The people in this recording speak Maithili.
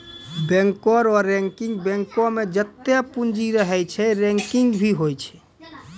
बैंको रो रैंकिंग बैंको मे जत्तै पूंजी रहै छै रैंकिंग भी होय छै